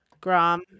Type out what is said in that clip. Grom